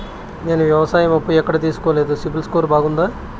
నేను వ్యవసాయం అప్పు ఎక్కడ తీసుకోలేదు, సిబిల్ స్కోరు బాగుందా?